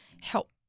help